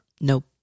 Nope